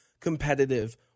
competitive